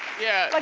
yeah, like